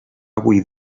avui